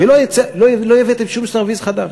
ולא הבאתם שום סרוויס חדש.